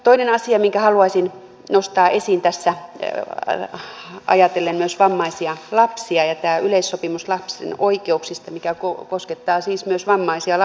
toinen asia minkä haluaisin nostaa esiin ajatellen tässä myös vammaisia lapsia on tämä yleissopimus lapsen oikeuksista mikä koskettaa siis myös vammaisia lapsia